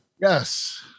Yes